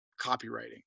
copywriting